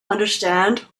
understand